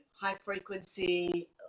high-frequency